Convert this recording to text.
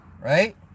Right